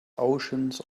oceans